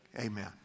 Amen